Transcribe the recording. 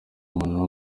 muntu